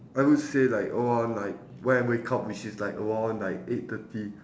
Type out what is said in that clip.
I would say like around like when I wake up which is like around like eight thirty